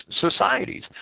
societies